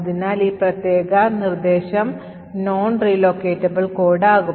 അതിനാൽ ഈ പ്രത്യേക നിർദ്ദേശം non relocatable code ആകും